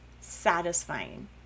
satisfying